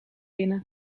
binnen